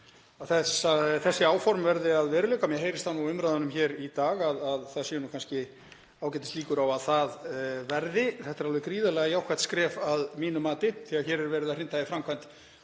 þessi áform verði að veruleika. Mér heyrist úr umræðunum hér í dag að það séu kannski ágætislíkur á að það verði. Þetta er alveg gríðarlega jákvætt skref að mínu mati því að hér er verið að hrinda í framkvæmd